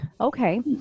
Okay